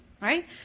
right